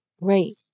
Right